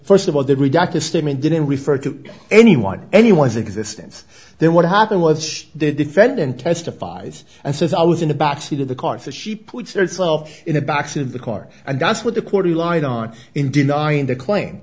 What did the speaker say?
first of all the redacted statement didn't refer to anyone anyone's existence then what happened was the defendant testifies and says i was in the backseat of the car that she puts herself in a box in the car and that's what the court he lied on in denying the claim